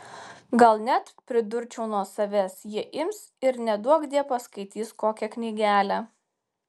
gal net pridurčiau nuo savęs jie ims ir neduokdie paskaitys kokią knygelę